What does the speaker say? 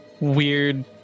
weird